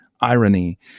irony